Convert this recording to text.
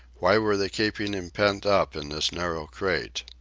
why were they keeping him pent up in this narrow crate?